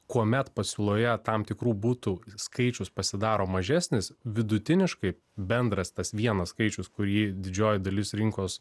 kuomet pasiūloje tam tikrų butų skaičius pasidaro mažesnis vidutiniškai bendras tas vienas skaičius kurį didžioji dalis rinkos